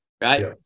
right